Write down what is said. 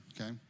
okay